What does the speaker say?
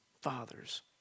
fathers